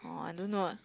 oh I don't know [what]